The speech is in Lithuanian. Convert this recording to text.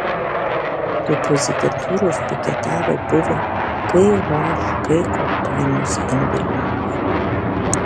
prie prezidentūros piketavę buvę khk kompanijos indėlininkai